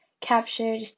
captured